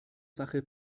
sache